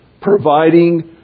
providing